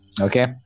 Okay